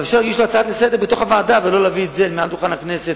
אפשר להגיש הצעה לסדר-היום בתוך הוועדה ולא להביא את זה מעל דוכן הכנסת,